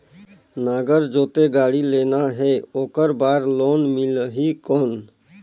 नागर जोते गाड़ी लेना हे ओकर बार लोन मिलही कौन?